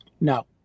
no